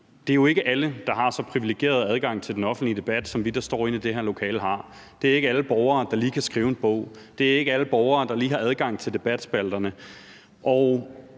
det er jo ikke alle, der har en så privilegeret adgang til den offentlige debat, som vi, der står i det her lokale, har. Det er ikke alle borgere, der lige kan skrive en bog; det er ikke alle borgere, der lige har adgang til debatspalterne.